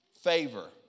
Favor